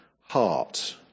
heart